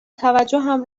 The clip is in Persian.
توجهم